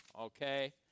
okay